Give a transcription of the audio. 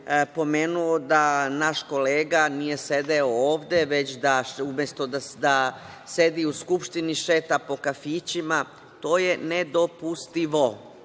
pomenuo da naš kolega nije sedeo ovde, već da umesto da sedi u Skupštini šeta po kafićima. To je nedopustivo. Sad